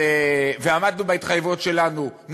ועמדנו בהתחייבויות שלנו,